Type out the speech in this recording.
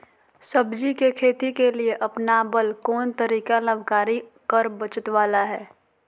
सब्जी के खेती के लिए अपनाबल कोन तरीका लाभकारी कर बचत बाला है?